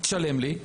תשלם לי,